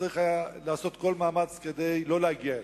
שצריך היה לעשות כל מאמץ כדי שלא להגיע אליו.